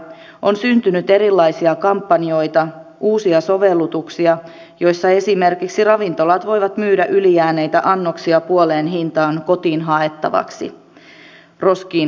on syntynyt erilaisia kampanjoita uusia sovellutuksia joissa esimerkiksi ravintolat voivat myydä ylijääneitä annoksia puoleen hintaan kotiin haettavaksi roskiin heittämisen sijaan